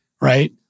right